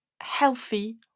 healthy